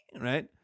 right